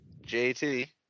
jt